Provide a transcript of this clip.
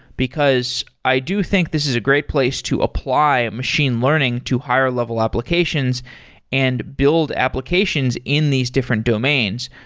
because i do think this is a great place to apply machine learning to higher-level applications and build applications in these different domains.